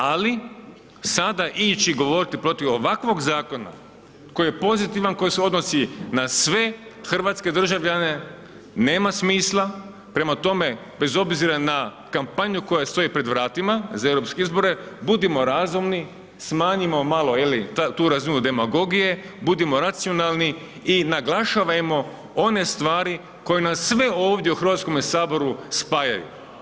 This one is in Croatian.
Ali, sada ići govoriti protiv ovakvog zakona, koji je pozitivan, koji se odnosi na sve hrvatske državljane, nema smisla, prema tome, bez obzira na kampanju koja stoji pred vratima za europske izbore, budimo razumni, smanjimo malo je li tu razinu demagogije, budimo racionalni i naglašavajmo one stvari, koje nas sve ovdje u Hrvatskome saboru spajaju.